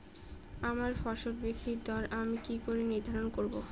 আমার ফসল বিক্রির দর আমি কি করে নির্ধারন করব?